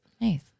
Nice